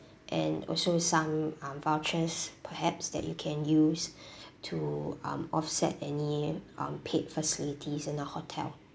and also some um vouchers perhaps that you can use to um offset any um paid facilities in the hotel